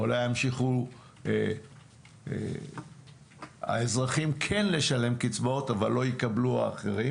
אולי ימשיכו האזרחים כן לשלם קצבאות אבל לא יקבלו האחרים